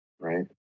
Right